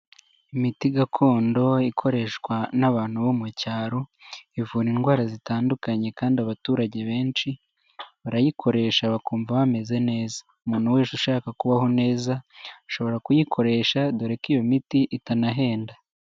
Imiti gakondo ikoreshwa n'abantu bo mu cyaro, ivura indwara zitandukanye kandi abaturage benshi barayikoresha bakumva bameze neza, umuntu wese ushaka kubaho neza ashobora kuyikoresha dore ko iyo miti itanahenda.